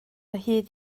hyd